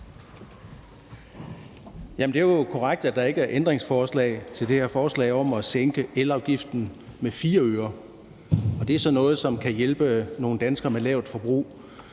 Det er jo korrekt, at der ikke er ændringsforslag til det her forslag om at sænke elafgiften med 4 øre. Det er sådan noget, som kan hjælpe nogle danskere med et lavt forbrug.